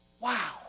Wow